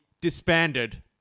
disbanded